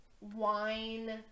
wine